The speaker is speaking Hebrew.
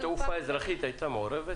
רשות תעופה אזרחית הייתה מעורבת?